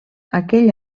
aquell